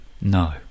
No